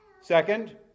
Second